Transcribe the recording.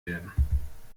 werden